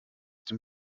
dem